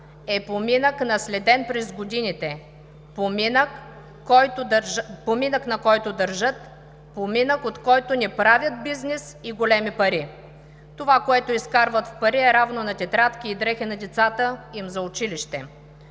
е поминък, наследен през годините, поминък, на който държат, поминък, от който не правят бизнес и големи пари. Това, което изкарват в пари, е равно на тетрадки и дрехи на децата им за училище.